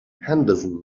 henderson